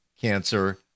cancer